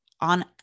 on